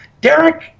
Derek